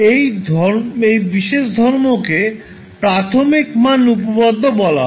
এই বিশেষ ধর্মকে প্রাথমিক মান উপপাদ্য বলা হয়